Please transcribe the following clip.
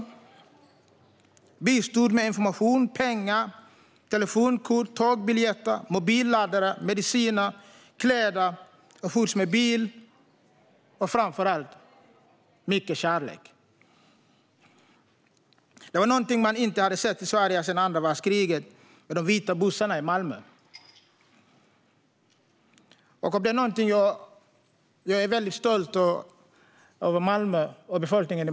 De bistod med information, pengar, telefonkort, tågbiljetter, mobilladdare, mediciner, kläder, skjuts med bil och framför allt mycket kärlek. Det var någonting man inte hade sett i Sverige sedan andra världskriget och de vita bussarna i Malmö. Jag är väldigt stolt över Malmö och dess befolkning.